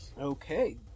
okay